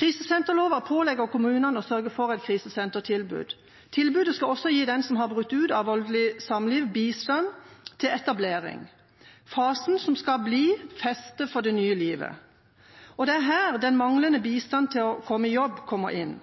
Krisesenterloven pålegger kommunene å sørge for et krisesentertilbud. Tilbudet skal også gi den som har brutt ut av et voldelig samliv, bistand til etablering – fasen som skal bli festet for det nye livet – og det er her den manglende bistanden til å komme i jobb kommer inn.